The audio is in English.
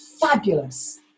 fabulous